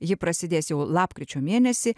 ji prasidės jau lapkričio mėnesį